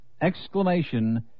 Exclamation